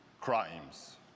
crimes